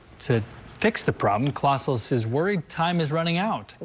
to fix the problem colossal says worry time is running out.